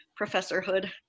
professorhood